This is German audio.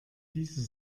diese